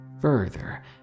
further